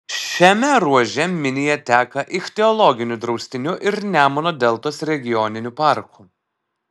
šiame ruože minija teka ichtiologiniu draustiniu ir nemuno deltos regioniniu parku